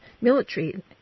military